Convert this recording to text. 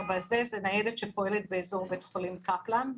זו ניידת שפועלת באזור בית חולים קפלן.